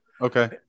okay